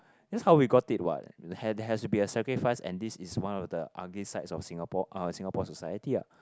that's how we got it what has to be a sacrifice and this is one of the ugly sides of Singapore uh Singapore society ah